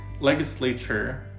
legislature